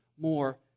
more